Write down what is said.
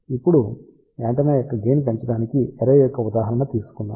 ఇప్పుడు యాంటెన్నా యొక్క గెయిన్ పెంచడానికి అర్రే యొక్క ఉదాహరణ తీసుకుందాం